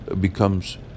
becomes